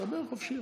דבר חופשי.